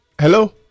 Hello